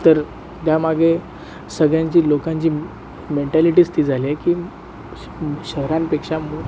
तर त्यामागे सगळ्यांची लोकांची मेंटॅलिटीच ती झाली आहे की श शहरांपेक्षा मु